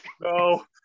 no